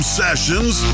sessions